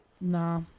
nah